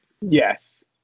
Yes